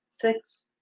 six